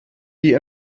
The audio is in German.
die